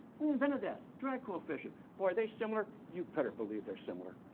we invented that, drag coefficient. boy, are they similar? you'd better believe they're similar.